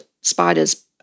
spiders